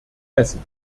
messen